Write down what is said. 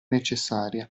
necessaria